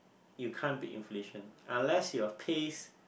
you can't beat inflation unless your pays